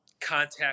contact